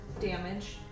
damage